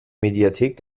mediathek